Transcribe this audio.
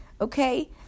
Okay